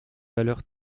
valeurs